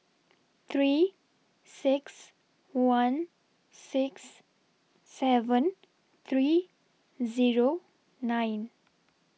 three six one six seven three Zero nine